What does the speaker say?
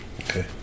Okay